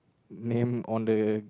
name on the